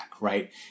right